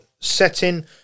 setting